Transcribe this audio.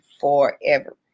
forever